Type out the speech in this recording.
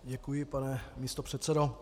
Děkuji, pane místopředsedo.